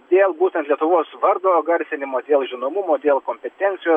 dėl būtent lietuvos vardo garsinimo dėl žinomumo dėl kompetencijos